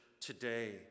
today